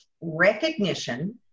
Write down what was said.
recognition